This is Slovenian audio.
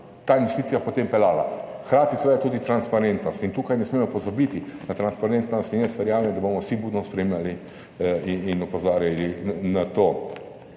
ta investicija potem peljala. Seveda, hkrati tudi transparentnost, tu ne smemo pozabiti na transparentnost, in jaz verjamem, da bomo vsi budno spremljali in opozarjali na to.